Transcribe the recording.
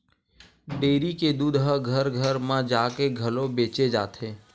dairy के दूद ह घर घर म जाके घलो बेचे जाथे